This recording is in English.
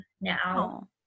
now